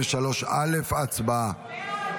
א לא